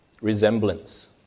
resemblance